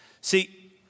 See